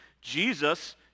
Jesus